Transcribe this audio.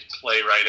playwriting